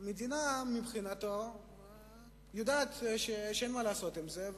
המדינה מבחינתה יודעת שאין מה לעשות עם זה,